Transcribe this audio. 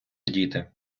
діти